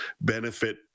benefit